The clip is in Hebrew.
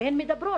והן מדברות,